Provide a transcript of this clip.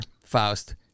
Faust